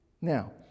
Now